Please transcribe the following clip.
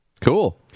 Cool